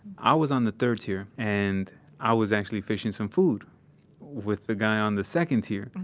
i was on the third tier and i was actually fishing some food with the guy on the second tier.